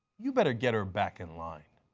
you better get her back in line.